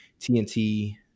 TNT